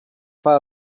pas